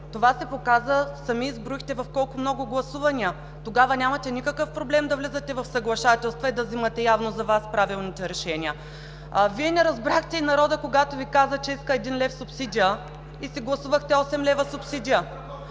Това се показа. Сами изброихте в колко много гласувания… Тогава нямате никакъв проблем да влизате в съглашателства и да взимате правилните за Вас решения. Вие не разбрахте и когато народът Ви каза, че иска 1 лв. субсидия и си гласувахте 8 лв. субсидия.